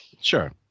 sure